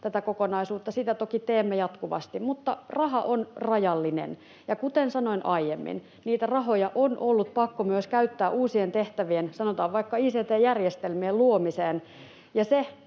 tätä kokonaisuutta — sitä toki teemme jatkuvasti — mutta raha on rajallinen. Ja kuten sanoin aiemmin, niitä rahoja on ollut pakko myös käyttää uusiin tehtäviin, sanotaan vaikka ict-järjestelmien luomiseen,